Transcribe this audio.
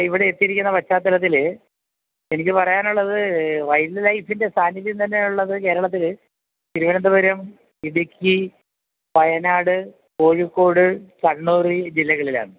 ഇവിടെ എത്തിയിരിക്കുന്ന പശ്ചാത്തലത്തിൽ എനിക്ക് പറയാനുള്ളത് വൈൽഡ് ലൈഫിൻ്റെ സാന്നിധ്യം തന്നെ ഉള്ളത് കേരളത്തിൽ തിരുവനന്തപുരം ഇടുക്കി വയനാട് കോഴിക്കോട് കണ്ണൂർ ജില്ലകളിലാണ്